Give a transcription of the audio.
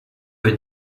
que